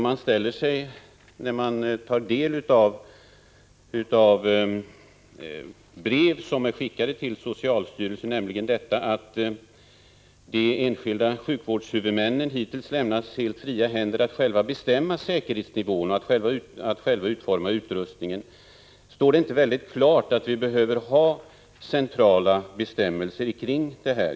Efter att ha tagit del av brev som är skickade till socialstyrelsen, där det framgår att de enskilda sjukvårdshuvudmännen hittills lämnats helt fria händer att själva bestämma säkerhetsnivåerna och utforma utrustningen, ställer man sig frågan: Står det inte helt klart att vi behöver ha centrala bestämmelser om detta?